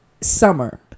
Summer